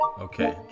okay